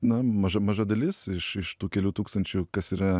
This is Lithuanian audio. na maža maža dalis iš iš tų kelių tūkstančių kas yra